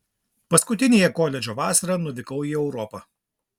paskutiniąją koledžo vasarą nuvykau į europą